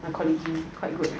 like quality quite good